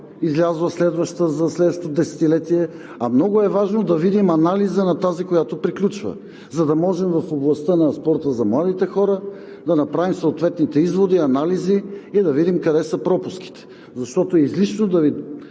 за следващото десетилетие, а много е важно да видим анализа на тази, която приключва, за да можем в областта на спорта за младите хора да направим съответните изводи, анализи и да видим къде са пропуските. Излишно е тук да Ви